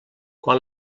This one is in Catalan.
quan